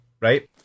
right